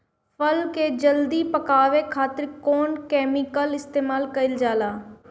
फल के जल्दी पकावे खातिर कौन केमिकल इस्तेमाल कईल जाला?